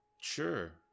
Sure